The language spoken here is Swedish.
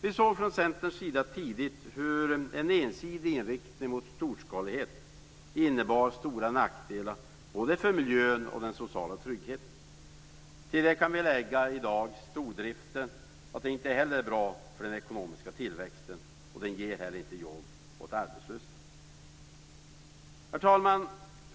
Vi från Centern såg tidigt hur en ensidig inriktning på storskalighet innebar stora nackdelar för både miljön och den sociala tryggheten. Till detta kan vi i dag lägga att stordriften inte heller är bra för den ekonomiska tillväxten och att den inte heller ger jobb åt arbetslösa. Herr talman!